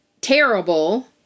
terrible